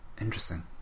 Interesting